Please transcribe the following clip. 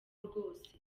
rwose